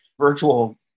virtual